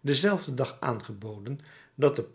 denzelfden dag aangeboden dat de